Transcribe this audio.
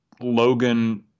Logan